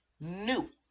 new